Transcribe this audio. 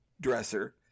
dresser